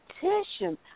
petition